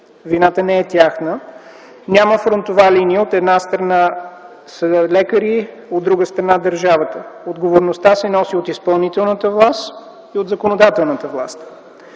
вината не е тяхна. Няма фронтова линия – от една страна лекари, от друга страна държавата. Отговорността се носи от изпълнителната власт и от законодателната власт.